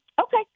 Okay